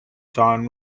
don